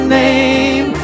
name